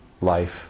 Life